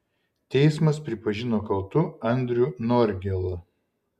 teismas pripažino kaltu andrių norgėlą